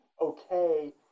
okay